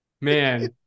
Man